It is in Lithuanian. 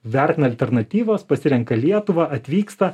vertina alternatyvas pasirenka lietuvą atvyksta